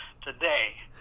today